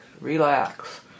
relax